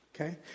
Okay